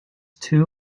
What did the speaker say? two